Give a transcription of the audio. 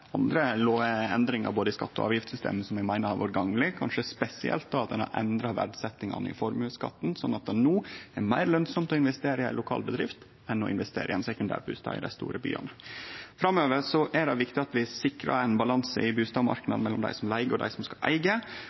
andre endringar både i skatte- og avgiftssystemet som eg meiner har vore gagnlege, kanskje spesielt at ein har endra verdsetjingane i formuesskatten slik at det no er meir lønnsamt i investere i ei lokal bedrift enn å investere i ein sekundærbustad i dei store byane. Framover er det viktig at vi sikrar ein balanse i bustadmarknaden mellom dei som leiger og dei som skal eige.